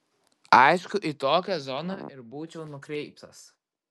aišku į tokią zoną ir būčiau nukreiptas